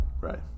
Right